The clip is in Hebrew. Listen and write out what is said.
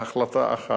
בהחלטה אחת,